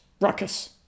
ruckus